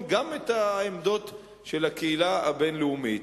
גם את העמדות של הקהילה הבין-לאומית.